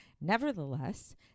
Nevertheless